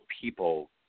people